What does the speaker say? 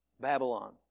Babylon